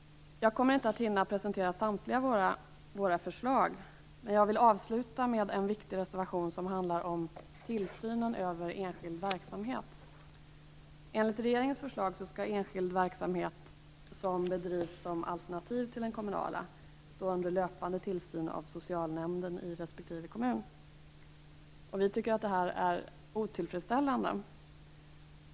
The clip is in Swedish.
Jag kommer inte att hinna presentera samtliga våra förslag. Men jag vill avsluta med en viktig reservation som handlar om tillsynen över enskild verksamhet. Enligt regeringens förslag skall enskild verksamhet som bedrivs som alternativ till den kommunala stå under löpande tillsyn av socialnämnden i respektive kommun. Vi tycker att det är otillfredsställande.